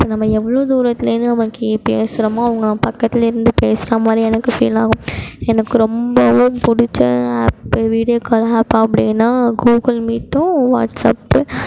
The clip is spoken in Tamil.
இப்போ நம்ம எவ்வளோ தூரத்துலேருந்து நமக்கு பேசுகிறோமோ அவங்க பக்கத்துலேருந்து பேசுகிற மாதிரி எனக்கு ஃபீல் ஆகும் எனக்கு ரொம்பவும் பிடிச்ச ஆப்பு வீடியோ கால் ஆப் அப்படின்னா கூகுள் மீட்டும் வாட்ஸ்அப்பு